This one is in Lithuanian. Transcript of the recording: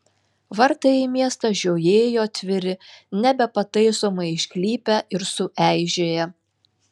vartai į miestą žiojėjo atviri nebepataisomai išklypę ir sueižėję